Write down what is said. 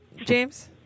James